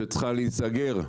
שצריכה להיסגר.